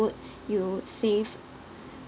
you would save